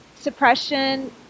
suppression